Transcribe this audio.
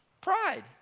Pride